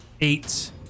eight